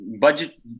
budget